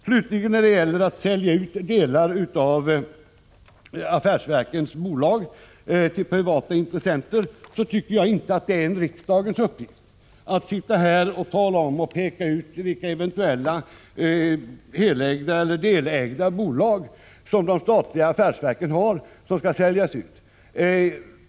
Slutligen när det gäller att sälja ut delar av affärsverkens bolag till privata intressenter tycker jag inte det är riksdagens uppgift att peka ut vilka eventuella heleller delägda bolag som de statliga affärsverken har som skall säljas ut.